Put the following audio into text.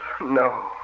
No